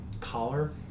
collar